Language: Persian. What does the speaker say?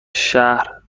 شهر